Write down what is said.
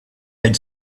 had